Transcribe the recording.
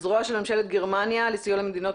אנחנו יחד עם ה-KFW ועם הרשות הפלסטינית,